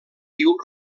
diu